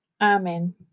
Amen